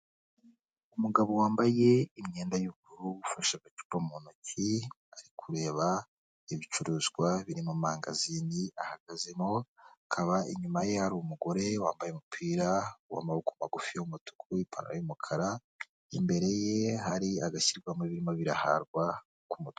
Umugabo wambaye imyenda y'ubururu, ufashe agacupa mu ntoki, ari kureba ibicuruzwa biri mu mangazini ahagazemo, akaba inyuma ye hari umugore wambaye umupira w'amaboko magufi w'umutuku, ipantaro y'umukara, imbere ye hari agashyirwamo ibirimo biraharwa k'umutu...